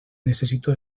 necessito